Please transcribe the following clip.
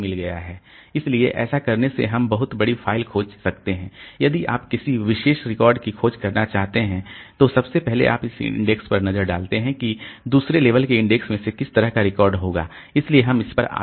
इसलिए ऐसा करने से हम बहुत बड़ी फ़ाइल खोज सकते हैं यदि आप किसी विशेष रिकॉर्ड की खोज करना चाहते हैं सबसे पहले आप इस इंडेक्स पर नज़र डालते हैं कि दूसरे लेवल के इंडेक्स में किस तरह का रिकॉर्ड होगा इसलिए हम इस पर आते हैं